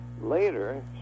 later